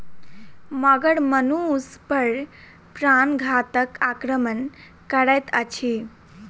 मगर मनुष पर प्राणघातक आक्रमण करैत अछि